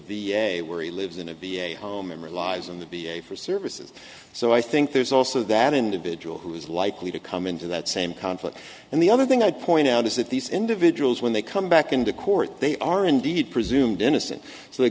the where he lives in to be a home relies on the be a for services so i think there's also that individual who is likely to come into that same conflict and the other thing i'd point out is that these individuals when they come back into court they are indeed presumed innocent